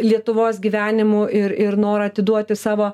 lietuvos gyvenimu ir ir norą atiduoti savo